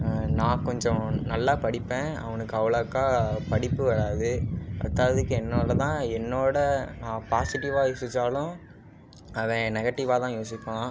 நான் கொஞ்சம் நல்லா படிப்பேன் அவனுக்கு அவ்வளாக்கா படிப்பு வராது பத்தாததுக்கு என்னால் தான் என்னோட நான் பாசிட்டிவ்வாக யோசிச்சாலும் அவன் நெகடிவ்வாக தான் யோசிப்பான்